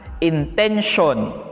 intention